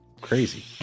crazy